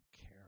care